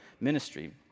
ministry